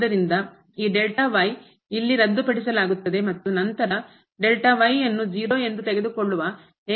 ಆದ್ದರಿಂದ ಈ ಇಲ್ಲಿ ರದ್ದುಪಡಿಸಲಾಗುತ್ತದೆ ಮತ್ತು ನಂತರ 0 ಎಂದು ತೆಗೆದುಕೊಳ್ಳುವ ಏಕೆಂದರೆ